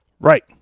right